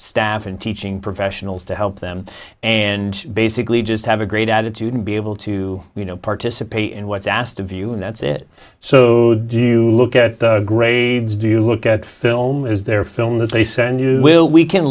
staff and teaching professionals to help them and basically just have a great attitude and be able to you know participate in what's asked of you and that's it so do you look at the grades do you look at film is there film that they send you will we can